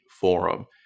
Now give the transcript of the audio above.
forum